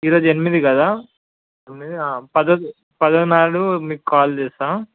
ఈరోజు ఎనిమిది కదా తొమ్మిది పదో తేదీ పదో నాడు మీకు కాల్ చేస్తా